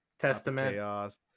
Testament